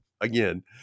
again